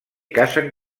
cacen